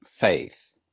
faith